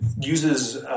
uses –